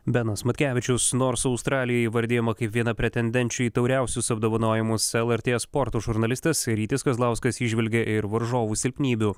benas matkevičius nors australija įvardijama kaip viena pretendenčių į tauriausius apdovanojimus lrt sporto žurnalistas rytis kazlauskas įžvelgė ir varžovų silpnybių